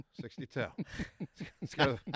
Sixty-two